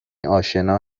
اشنا